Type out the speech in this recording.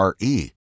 RE